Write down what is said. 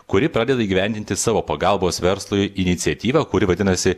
kuri pradeda įgyvendinti savo pagalbos verslui iniciatyvą kuri vadinasi